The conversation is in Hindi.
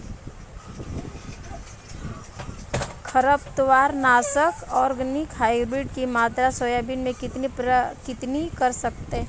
खरपतवार नाशक ऑर्गेनिक हाइब्रिड की मात्रा सोयाबीन में कितनी कर सकते हैं?